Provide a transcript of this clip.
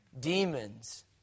Demons